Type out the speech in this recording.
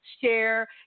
share